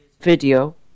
video